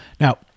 Now